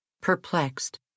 perplexed